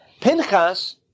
Pinchas